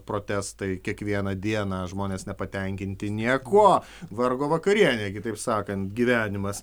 protestai kiekvieną dieną žmonės nepatenkinti niekuo vargo vakarienė kitaip sakant gyvenimas